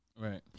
Right